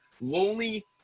lonely